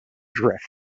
drift